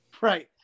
Right